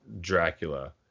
Dracula